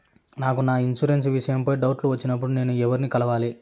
నాకు నా ఇన్సూరెన్సు విషయం పై డౌట్లు వచ్చినప్పుడు నేను ఎవర్ని కలవాలి?